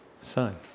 Son